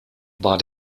war